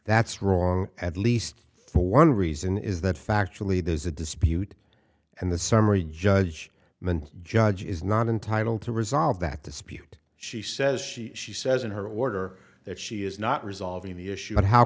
that's wrong at least for one reason is that factually there's a dispute and the summary judge and judge is not entitled to resolve that dispute she says she says in her order that she is not resolving the issue but how